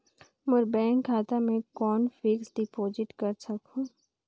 मोर bank खाता मे कौन फिक्स्ड डिपॉजिट कर सकहुं?